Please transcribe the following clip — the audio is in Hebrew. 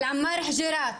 של עמאר אל-שייח חוג'יראת.